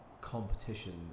competition